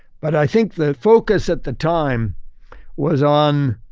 but i think the focus at the time was on